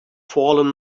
fallen